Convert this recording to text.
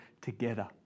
together